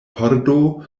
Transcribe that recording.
pordo